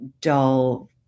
dull